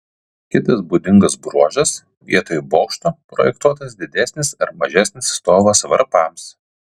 kitas būdingas bruožas vietoj bokšto projektuotas didesnis ar mažesnis stovas varpams